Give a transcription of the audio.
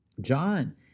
John